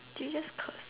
did you just curse